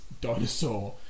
dinosaur